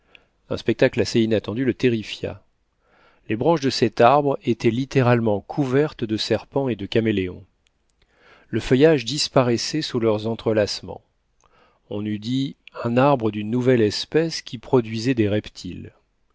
un spectacle assez inattendu le terrifia les branches de cet arbre étaient littéralement couvertes de serpents et de caméléons le feuillage disparaissait sous leurs entrelacements on eût dit un arbre d'une nouvelle espèce qui produisait des reptiles